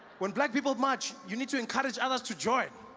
when black people march you need to encourage others to join